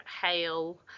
hail